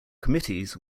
committees